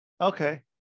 Okay